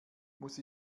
muss